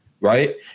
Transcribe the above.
right